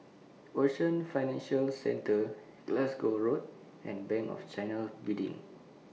Ocean Financial Centre Glasgow Road and Bank of China Building